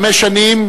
חמש שנים,